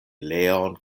leon